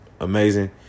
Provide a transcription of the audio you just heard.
amazing